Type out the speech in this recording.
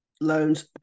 loans